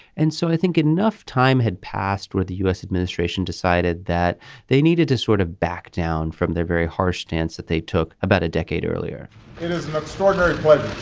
and so i think enough time had passed where the u s. administration decided that they needed to sort of back down from their very harsh stance that they took about a decade earlier. it is an extraordinary